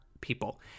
people